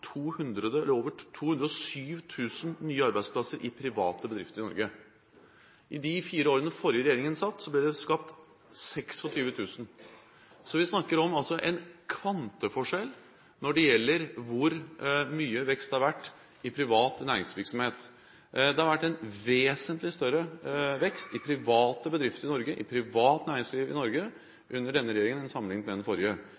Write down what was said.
over 207 000 nye arbeidsplasser i private bedrifter i Norge – i de fire årene den forrige regjeringen satt, ble det skapt 26 000. Så vi snakker om en kvanteforskjell når det gjelder hvor mye vekst det har vært i privat næringsvirksomhet. Det har vært en vesentlig større vekst i private bedrifter i Norge, i privat næringsliv i